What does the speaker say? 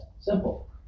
Simple